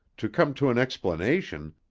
to come to an explanation,